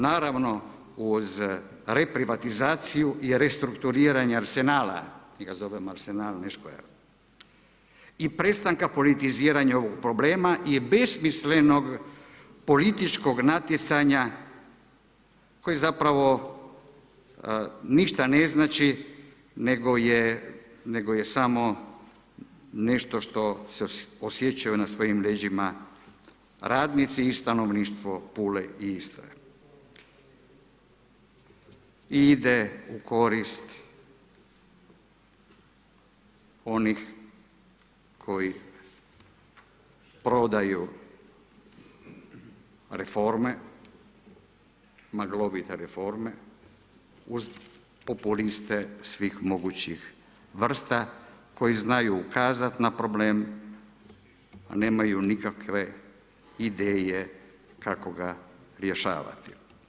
Naravno uz reprivatizaciju i restrukturiranja arsenala, ja zovem arsenal ne škver i prestanka politiziranja ovog problema i besmislenog političkog natjecanja koje zapravo ništa ne znači nego je samo nešto što osjećaju na svojim leđima radnici i stanovništvo Pule i Istre, ide u korist onih koji prodaju reforme, maglovite reforme uz populiste svih mogućih vrsta koji znaju ukazati na problem a nemaju nikakve ideje kako ga rješavati.